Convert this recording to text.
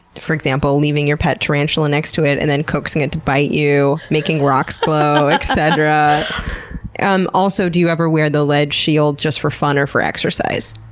for example, leaving your pet tarantula next to it and then coaxing it to bite you, making rocks glow, et cetera? um also, do you ever wear the lead shield just for fun or for exercise?